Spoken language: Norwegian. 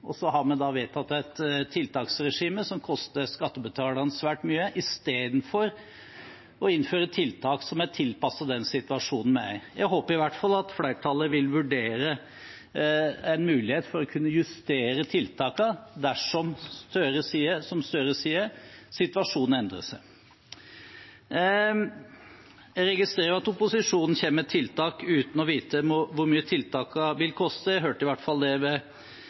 har vi da vedtatt et tiltaksregime som koster skattebetalerne svært mye, istedenfor å innføre tiltak som er tilpasset den situasjonen vi er i. Jeg håper i hvert fall at flertallet vil vurdere en mulighet for å kunne justere tiltakene dersom, som Gahr Støre sier, situasjonen endrer seg. Jeg registrerer at opposisjonen kommer med tiltak uten å vite hvor mye tiltakene vil koste. Jeg hørte i hvert fall fra flertallets talskvinne, Kaski, på Politisk kvarter i dag at det